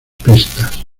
pistas